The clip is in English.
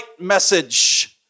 message